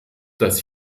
dass